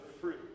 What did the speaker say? fruit